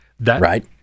Right